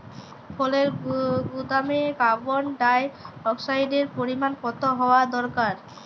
ফলের গুদামে কার্বন ডাই অক্সাইডের পরিমাণ কত হওয়া দরকার?